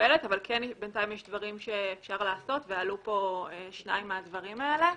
מוגבלת אבל בינתיים יש דברים שניתן לעשות ועלו פה שניים מהדברים האלה.